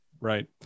Right